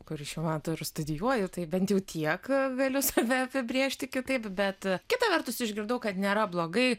kurį šiuo metu ir studijuoju tai bent jau tiek galiu save apibrėžti kitaip bet kita vertus išgirdau kad nėra blogai